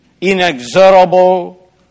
inexorable